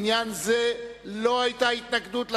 לעניין זה לא היתה התנגדות,